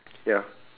ya